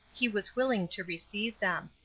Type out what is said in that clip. he was willing to receive them.